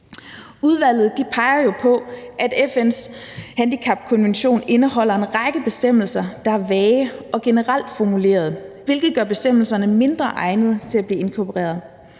Udvalget peger på, at FN's handicapkonvention indeholder en række bestemmelser, der er vage og generelt formuleret, hvilket gør bestemmelserne mindre egnede til at blive inkorporeret,